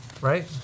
right